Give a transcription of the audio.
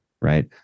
Right